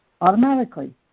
automatically